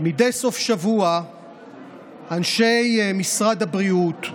מדי סוף שבוע אנשי משרד הבריאות,